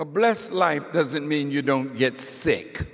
a blessed life doesn't mean you don't get sick